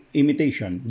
imitation